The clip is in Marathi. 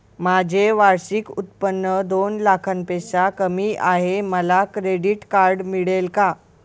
माझे वार्षिक उत्त्पन्न दोन लाखांपेक्षा कमी आहे, मला क्रेडिट कार्ड मिळेल का?